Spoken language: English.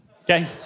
okay